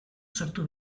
sortu